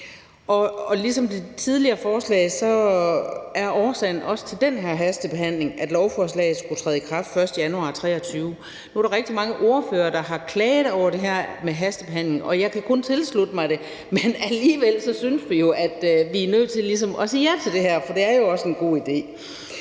ligesom ved det tidligere forslag er årsagen til også den her hastebehandling, at lovforslaget skulle træde i kraft den 1. januar 2023. Nu er der rigtig mange ordførere, der har klaget over det her med hastebehandlingen, og jeg kan kun tilslutte mig det. Men alligevel synes vi, at vi er nødt til ligesom at sige ja til det her, for det er jo også en god idé.